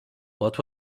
what